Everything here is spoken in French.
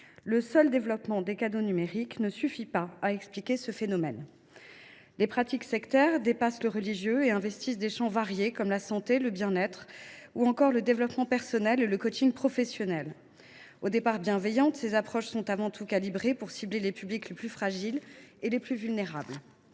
le développement des canaux numériques ne suffit pas à lui seul à expliquer ce phénomène. Les pratiques sectaires dépassent le domaine religieux et investissent des champs variés, comme la santé, le bien être ou encore le développement personnel et le coaching professionnel. Ces approches, au départ bienveillantes, sont avant tout calibrées pour cibler les publics les plus fragiles et les plus vulnérables.